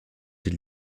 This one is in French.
dès